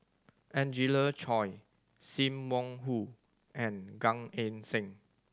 Angelina Choy Sim Wong Hoo and Gan Eng Seng